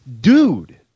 dude